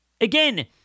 Again